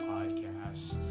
Podcasts